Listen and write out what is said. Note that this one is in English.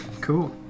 Cool